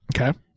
okay